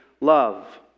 love